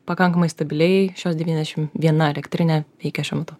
pakankamai stabiliai šios devyniasdešimt viena elektrinė veikia šiuo metu